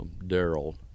Daryl